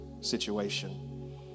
situation